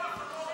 האחרון של